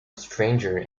strangers